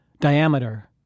Diameter